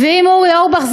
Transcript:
ואם אורי אורבך,